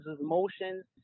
emotions